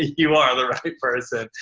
you are the right person.